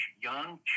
young